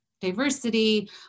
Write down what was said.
diversity